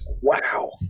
Wow